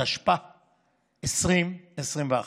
התשפ"א 2021,